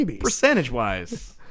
Percentage-wise